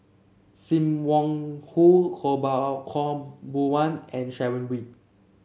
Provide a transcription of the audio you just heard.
Sim Wong Hoo Khaw Boon Wan and Sharon Wee